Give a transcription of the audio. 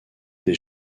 des